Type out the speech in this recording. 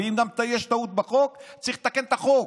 ואם יש טעות בחוק צריך לתקן את החוק.